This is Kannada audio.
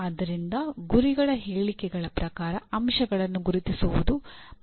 ಆದ್ದರಿಂದ ಗುರಿಗಳ ಹೇಳಿಕೆಗಳ ಪ್ರಮುಖ ಅಂಶಗಳನ್ನು ಗುರುತಿಸುವುದು ಮೊದಲನೆಯ ಅಂಶ